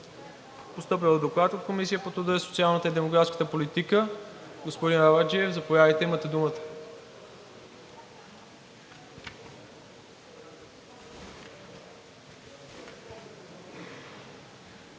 Постъпил е Доклад от Комисията по труда, социалната и демографската политика. Господин Арабаджиев, заповядайте – имате думата.